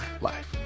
life